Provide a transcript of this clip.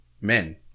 men